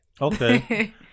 Okay